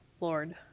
Lord